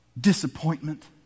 disappointment